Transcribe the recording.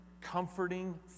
comforting